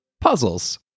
puzzles